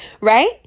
Right